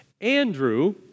Andrew